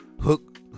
Hook